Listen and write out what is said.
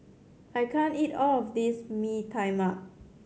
I can't eat all of this Mee Tai Mak